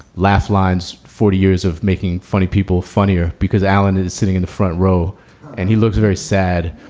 last lines forty years of making funny people funnier because alan is sitting in the front row and he looks very sad.